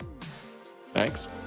Thanks